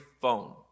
phone